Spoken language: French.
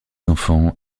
enfants